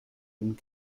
and